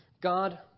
God